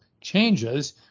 changes